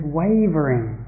wavering